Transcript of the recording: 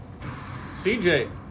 CJ